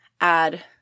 add